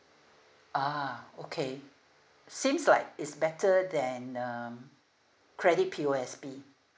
ah okay seems like it's better than um credit P_O_S_B